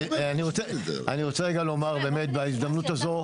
אני רוצה רגע לומר בהזדמנות הזאת,